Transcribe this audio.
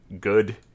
good